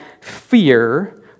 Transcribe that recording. fear